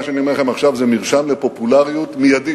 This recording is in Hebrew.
מה שאני אומר לכם עכשיו זה מרשם לפופולריות מיידית.